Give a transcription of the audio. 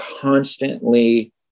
constantly